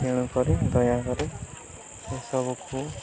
ତେଣୁକରି ଦୟାକରି ଏସବୁକୁ